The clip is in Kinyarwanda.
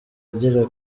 agera